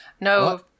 No